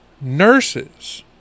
Nurses